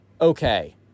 okay